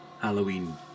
Halloween